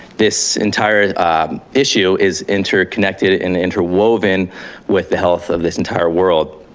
this entire issue is interconnected and interwoven with the health of this entire world.